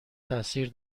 تاثیر